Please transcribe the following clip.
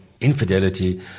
infidelity